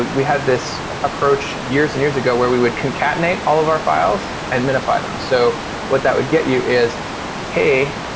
we had this approach years and years ago where we would concatenate all of our files and minify them. so what that would get you is hey,